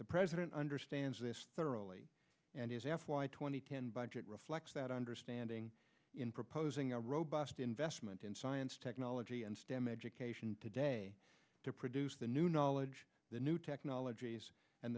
the president understands thoroughly and his f y two thousand and ten budget reflects that understanding in proposing a robust investment in science technology and stem education today to produce the new knowledge the new technologies and